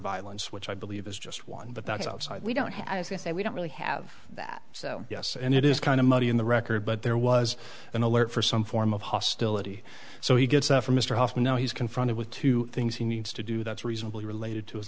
violence which i believe is just one but that's outside we don't have a we don't really have that so yes and it is kind of muddy in the record but there was an alert for some form of hostility so he gets from mr hoffman now he's confronted with two things he needs to do that's reasonably related to his